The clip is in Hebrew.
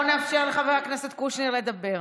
בוא נאפשר לחבר הכנסת קושניר לדבר.